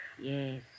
Yes